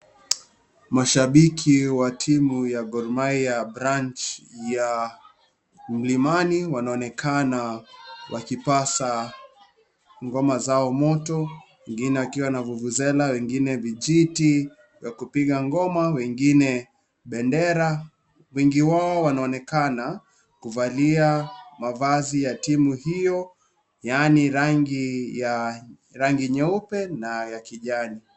Mashabiki wa timu ya Gor Mahia, Branch ya Mlimani wanaonekana wakipasa ngoma zao moto, wengine wakiwa na vuvuzela, wengine vijiti vya kupiga ngoma, wengine bendera. Wengi wao wanaonekana kuvalia mavazi ya timu hio yaani rangi nyeupe na kijani.